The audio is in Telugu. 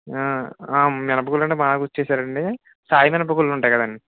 మినప గుండ్లు అంటే బాగా గుర్తు చేసారండి సాయి మినప గుండ్లు ఉంటాయి కదండి